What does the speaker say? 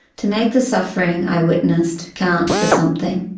to make the suffering i witnessed count for something.